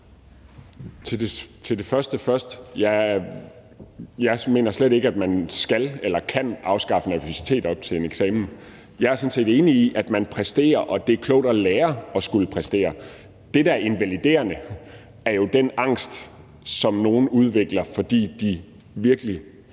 Til det første først: Jeg mener slet ikke, at man skal eller kan afskaffe nervøsitet op til en eksamen. Jeg er sådan set enig i, at man præsterer, og at det er klogt at lære at skulle præstere. Det, der er invaliderende, er jo den angst, som nogle udvikler, fordi de gentagne